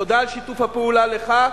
תודה על שיתוף הפעולה לך,